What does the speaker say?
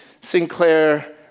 Sinclair